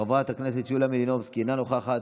חברת הכנסת יוליה מלינובסקי, אינה נוכחת.